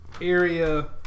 area